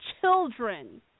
children